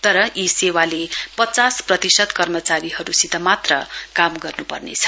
तर यी सेवाले पचास प्रतिशत कर्मचारीहरुसित मात्र काम गर्नुपर्नेछ